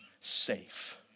safe